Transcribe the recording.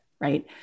Right